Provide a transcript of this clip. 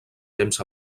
temps